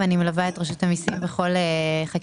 ואני מלווה את רשות המיסים בכל חקיקה.